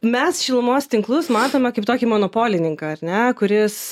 mes šilumos tinklus matome kaip tokį monopolininką ar ne kuris